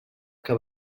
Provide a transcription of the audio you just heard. que